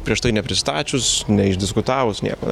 prieš tai nepristačius neišdiskutavus nieko